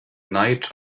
night